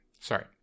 sorry